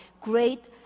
great